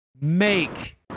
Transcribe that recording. make